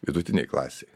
vidutinei klasei